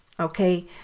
Okay